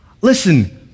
Listen